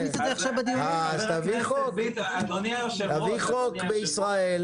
אז תביא חוק בישראל,